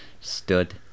Stood